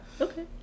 Okay